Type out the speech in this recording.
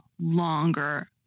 longer